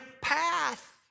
path